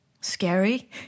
scary